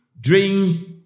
drink